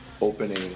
opening